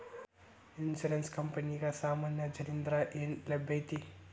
Insurance ಕ್ಂಪನಿಗೆ ಸಾಮಾನ್ಯ ಜನ್ರಿಂದಾ ಏನ್ ಲಾಭೈತಿ?